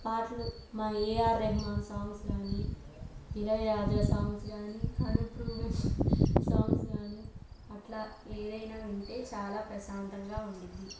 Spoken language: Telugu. పాటలు మా ఏఆర్ రెహ్మాన్ సాంగ్స్ కానీ ఇళయరాజా సాంగ్స్ కానీ అనూప్ రూబెన్స్ సాంగ్స్ కానీ అట్లా ఏదైనా వింటే చాలా ప్రశాంతంగా ఉంటుంది